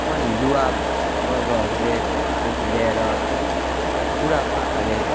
पनि युवा वर्गहरूले देखि लिएर बुढा पाकाले